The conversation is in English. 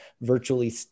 virtually